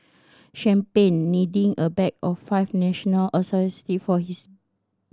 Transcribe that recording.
champagne needing a back of five national associated for his